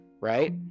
right